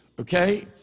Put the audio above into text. okay